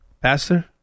Pastor